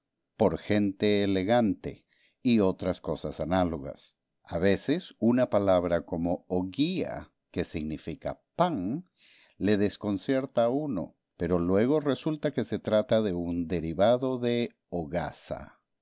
por gente elegante y otras cosas análogas a veces una palabra como oguía que significa pan le desconcierta a uno pero luego resulta que se trata de un derivado de hogaza no